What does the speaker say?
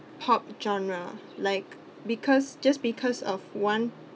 pop genre like because just because of one